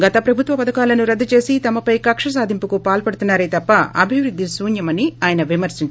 గత ప్రభుత్వ పధకాలు రద్గు చేసి తమపై కక్క సాధింపులకు పాల్పడుతున్నారే తప్ప అభివృద్గి శూన్యం అని ఆయన విమర్పించారు